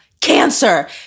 cancer